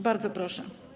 Bardzo proszę.